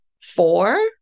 four